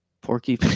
Porky